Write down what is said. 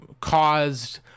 Caused